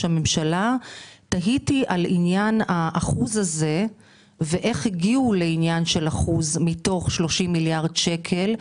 הממשלה תהיתי על העניין הזה של אחוז אחד מתוך 30 מיליארד שקל,